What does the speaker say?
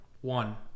One